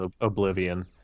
Oblivion